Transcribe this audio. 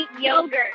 yogurt